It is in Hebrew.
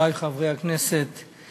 חברי חברי הכנסת,